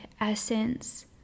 essence